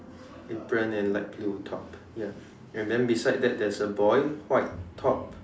apron and light blue top ya and then beside that there's a boy white top